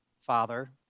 Father